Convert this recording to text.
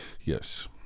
yes